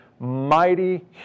mighty